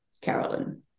Carolyn